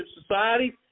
society